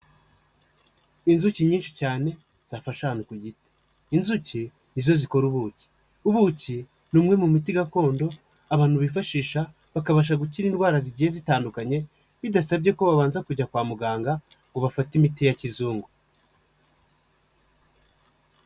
Inzuki nyinshi cyane zafashe ahantu ku giti, inzuki nizo zikora ubuki, ubuki ni umwe mu miti gakondo abantu bifashisha bakabasha gukira indwara zigiye zitandukanye bidasabye ko babanza kujya kwa muganga ngo bafate imiti ya kizungu.